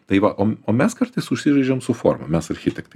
tai va o o mes kartais užsižaidžiam su forma mes architektai